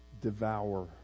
devour